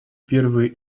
первые